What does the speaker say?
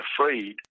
afraid